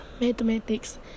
Mathematics